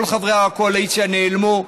כל חברי הקואליציה נעלמו.